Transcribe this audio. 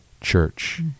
Church